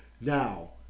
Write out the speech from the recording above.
Now